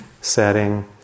setting